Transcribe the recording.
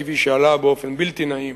כפי שעלה באופן בלתי נעים